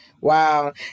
Wow